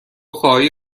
خواهی